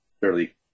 fairly